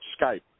Skype